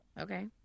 okay